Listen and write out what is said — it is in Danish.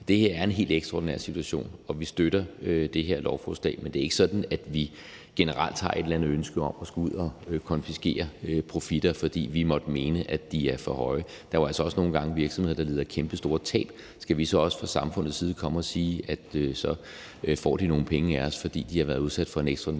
Det her er en helt ekstraordinær situation, og vi støtter det her lovforslag. Men det er ikke sådan, at vi generelt har et eller andet ønske om at skulle ud og konfiskere profitter, fordi vi måtte mene, at de er for høje. Der er jo altså også nogle gange virksomheder, der lider kæmpestore tab. Skal vi så også fra samfundets side komme og sige, at så får de nogle penge af os, fordi de har været udsat for en ekstraordinær situation?